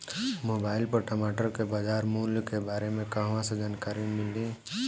Mobile पर टमाटर के बजार मूल्य के बारे मे कहवा से जानकारी मिली?